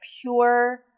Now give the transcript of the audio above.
pure